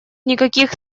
никаких